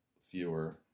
fewer